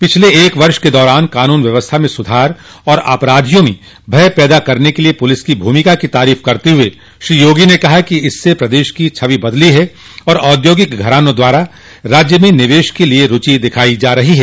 पिछले एक वर्ष के दौरान कानून व्यवस्था में सुधार और अपराधियों में भय पैदा करने के लिए पुलिस की भूमिका की तारीफ करते हुए श्री योगी ने कहा कि इससे प्रदेश की छवि बदली है और औद्योगिक घरानों द्वारा राज्य में निवेश के लिए रूचि दिखाई जा रही है